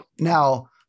Now